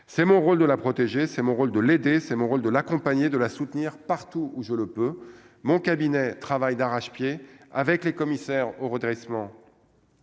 c'est mon rôle de la protéger, c'est mon rôle de l'aider, c'est mon rôle de l'accompagner de la soutenir partout où je le peux, mon cabinet travaillent d'arrache-pied avec les commissaires au Redressement